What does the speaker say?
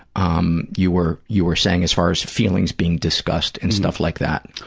um you were you were saying as far as feelings being discussed and stuff like that?